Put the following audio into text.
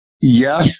Yes